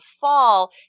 Fall